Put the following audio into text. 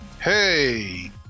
hey